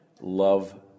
love